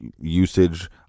usage